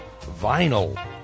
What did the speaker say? vinyl